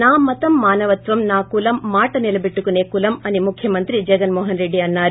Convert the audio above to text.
నా మతం మానవత్వం నా కులం మాట నిలటెట్టుకునే కులం అని ముఖ్వమంత్రి జగన్మోహన్ రెడ్డి అన్నారు